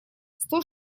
сто